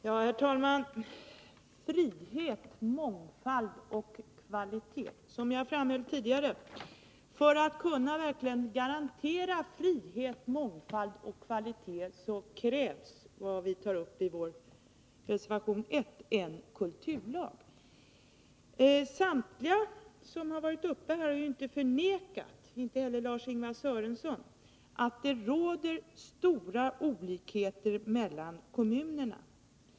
Herr talman! Här talas om frihet, mångfald och kvalitet. Som jag framhöll tidigare krävs för att man verkligen skall kunna garantera frihet, mångfald och kvalitet det som vi tar upp i vår reservation 1 — en kulturlag. Ingen av dem som varit uppe i debatten — inte heller Lars-Ingvar Sörenson — har förnekat att det råder stora olikheter mellan kommunerna.